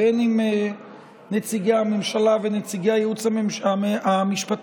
בין אם נציגי הממשלה ונציגי הייעוץ המשפטי,